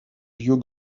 vieux